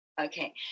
Okay